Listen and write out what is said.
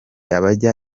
abajya